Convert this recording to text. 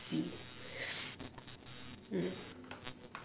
mm